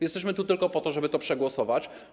Jesteśmy tu tylko po to, żeby to przegłosować.